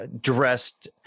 dressed